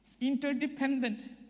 Interdependent